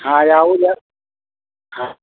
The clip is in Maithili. हाँ आगू जाएब हँ